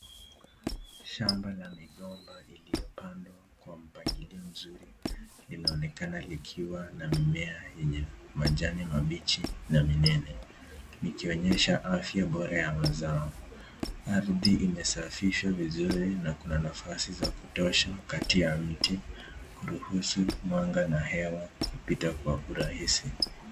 shamba la mingomba iliyopandwa kwa mpangilio mzuri linaonekana ikiwa na mimea yenye majani mabichi na minene ikionyesha afya bora ya mazao, ardhi imesafiswa vizuri na kuna nafasi za kutosha kati ya mti kuruhusu mwanga na hewa kuputa kwa urahisi.